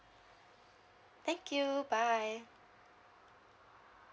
thank you bye